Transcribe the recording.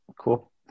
Cool